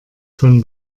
von